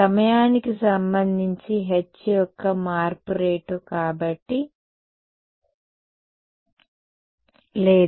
సమయానికి సంబంధించి H యొక్క మార్పు రేటు కాబట్టి హక్కు లేదు